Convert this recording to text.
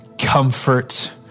comfort